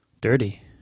Dirty